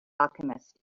alchemist